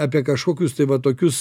apie kažkokius tai va tokius